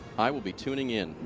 i'll be tuning in.